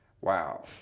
Wow